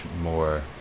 more